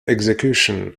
execution